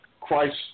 Christ